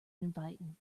inviting